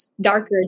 darker